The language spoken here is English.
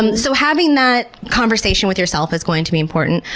and so having that conversation with yourself is going to be important.